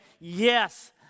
yes